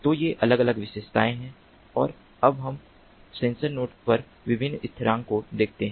तो ये अलग अलग विशेषताएं हैं और अब हम सेंसर नोड पर विभिन्न स्थिरांक को देखते हैं